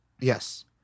Yes